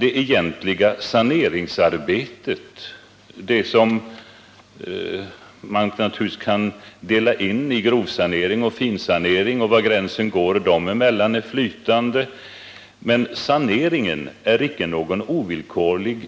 Det egentliga saneringsarbetet — vilket naturligtvis kan delas in i grovsanering och finsanering och där gränsen är flytande — är icke någon ovillkorlig